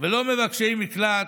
ולא מבקשי מקלט,